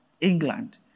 england